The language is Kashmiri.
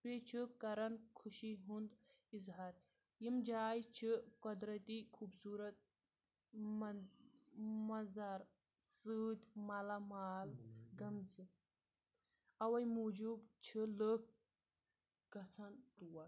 بیٚیہِ چھُ کَرَن خوشی ہُنٛد اظہار یِم جایہِ چھِ قۄدرتی خوٗبصوٗرت مَن منٛظار سۭتۍ مالامال گٔمژٕ اَوَے موٗجوٗب چھِ لُکھ گژھان تور